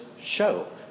show